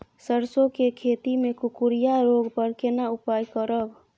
सरसो के खेती मे कुकुरिया रोग पर केना उपाय करब?